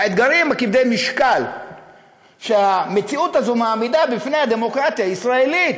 האתגרים כבדי המשקל שהמציאות הזאת מעמידה בפני הדמוקרטיה הישראלית,